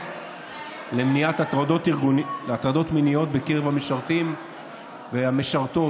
למניעת הטרדות מיניות בקרב המשרתים והמשרתות